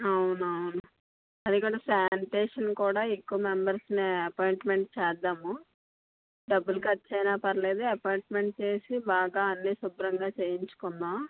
అవునవును అది కూడా శానిటేషన్ కూడా ఎక్కువ మెంబర్స్ని అపాయింట్మెంట్ చేద్దాము డబ్బులు ఖర్చయినా పర్లేదు అపాయింట్మెంట్ చేసి బాగా అన్నీ శుభ్రంగా చేయించుకుందాం